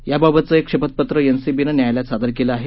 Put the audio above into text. याबाबतचं एक शपथपत्र एनसीबीनं न्यायालयात सादर केलं आहे